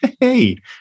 hey